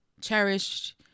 cherished